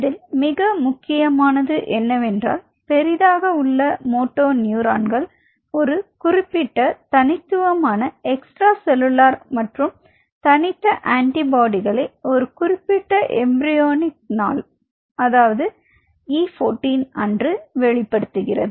இதில் மிக முக்கிய முக்கியமானது என்னவென்றால் பெரிதாக உள்ள மோட்டோ நியூரான்கள் ஒரு குறிப்பிட்ட தனித்துவமான எக்ஸ்ட்ரா செல்லுலார் மற்றும் தனித்த ஆன்டிபாடிகளை ஒரு குறிப்பிட்ட எம்பிரியோனிக் நாள் 14 அன்று வெளிப்படுத்துகிறது